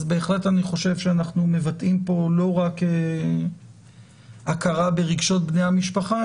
אז בהחלט אני חושב שאנחנו מבטאים פה לא רק הכרה ברגשות בני המשפחה,